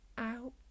Out